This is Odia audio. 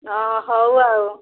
ହଁ ହଉ ଆଉ